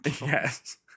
Yes